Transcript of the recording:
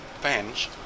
fans